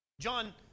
John